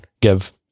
give